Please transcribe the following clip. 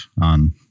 on